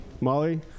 Molly